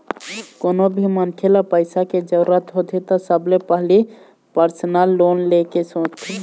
कोनो भी मनखे ल पइसा के जरूरत होथे त सबले पहिली परसनल लोन ले के सोचथे